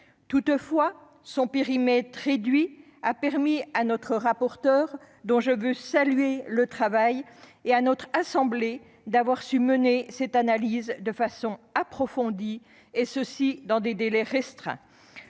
Toutefois, son périmètre réduit a permis à notre rapporteure, dont je veux saluer le travail, et à notre assemblée, de mener cette analyse de façon approfondie et dans des délais restreints.